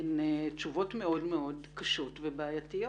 הן תשובות מאוד מאוד קשות ובעייתיות.